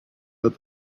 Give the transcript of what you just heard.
that